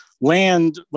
Land